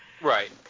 Right